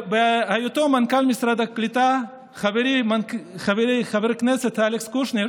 בהיותו מנכ"ל משרד הקליטה חברי חבר הכנסת אלכס קושניר